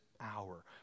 hour